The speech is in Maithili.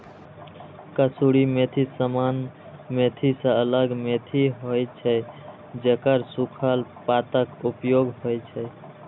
कसूरी मेथी सामान्य मेथी सं अलग मेथी होइ छै, जेकर सूखल पातक उपयोग होइ छै